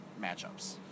matchups